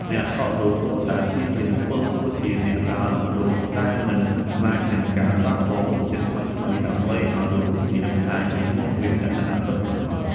អ្នកថតរូបគួរតែព្យាយាមធ្វើខ្លួនជា អ្នកដើររុករក ដែលមិនខ្លាចនឹងការសាកល្បងរសជាតិថ្មីៗ ដើម្បីឱ្យរូបភាពដែលចេញមកមានលក្ខណៈពិតប្រាកដ។